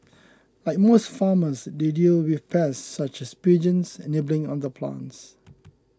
like most farmers they deal with pests such as pigeons nibbling on the plants